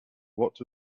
what